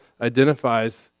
identifies